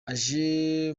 ije